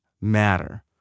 matter